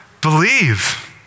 Believe